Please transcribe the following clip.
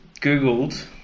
googled